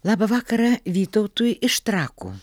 labą vakarą vytautui iš trakų